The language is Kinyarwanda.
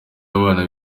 abana